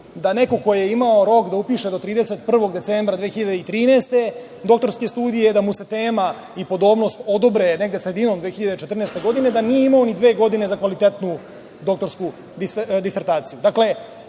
da neko ko je imao rok da upiše do 31. decembra 2013. godine doktorske studije da mu se tema i podobnost odobre negde sredinom 2014. godine, da nije imao ni dve godine za kvalitetnu doktorsku disertaciju. Dakle,